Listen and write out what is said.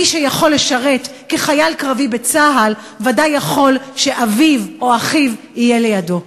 מי שיכול לשרת כחייל קרבי בצה"ל ודאי יכול שאביו או אחיו יהיו לידו.